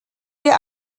wir